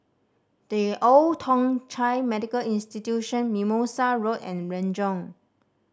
The Old Thong Chai Medical Institution Mimosa Road and Renjong